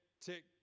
tick